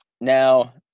Now –